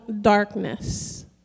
darkness